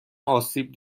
آسیب